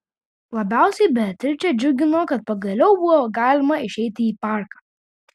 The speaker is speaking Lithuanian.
labiausiai beatričę džiugino kad pagaliau buvo galima išeiti į parką